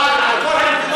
זה חל על מדינת ישראל.